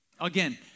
Again